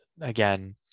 again